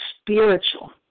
spiritual